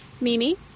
mimi